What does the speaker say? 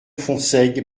fonsègue